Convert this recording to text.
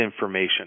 information